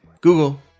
google